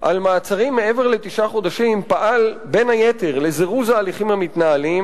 על מעצרים מעבר לתשעה חודשים פעל בין היתר לזירוז ההליכים המתנהלים,